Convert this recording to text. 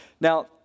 Now